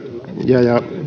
ja ja